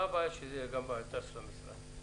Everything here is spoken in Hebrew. מה הבעיה שזה יהיה גם באתר של המשרד?